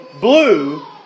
blue